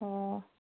ꯑꯣ